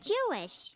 Jewish